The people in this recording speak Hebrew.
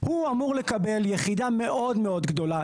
הוא אמור לקבל יחידה מאוד מאוד גדולה.